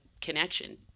connection